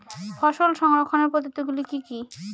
ফসল সংরক্ষণের পদ্ধতিগুলি কি কি?